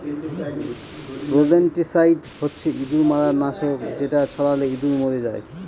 rodenticide হচ্ছে ইঁদুর মারার নাশক যেটা ছড়ালে ইঁদুর মরে যায়